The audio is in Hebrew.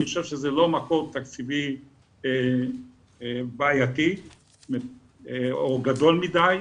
אני חושב שזה לא מקור תקציבי בעייתי או גדול מדי,